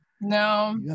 No